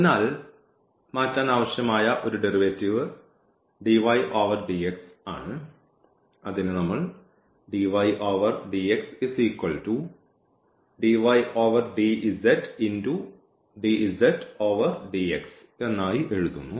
അതിനാൽ മാറ്റാൻ ആവശ്യമായ ഒരു ഡെറിവേറ്റീവ് അതാണ്